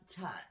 touch